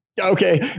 Okay